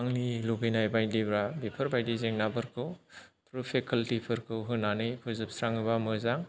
आंनि लुगैनाय बायदिबा बेफोरबायदि जेंना फोरखौ पेकालटिफोरखौ होनानै फोजोबस्राङोबा मोजां